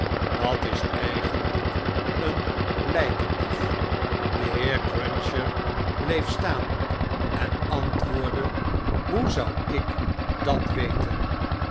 wat is eigeniyic een lpendief de heer cruncher bleef staan en antwoordde hoe zou ik dat weten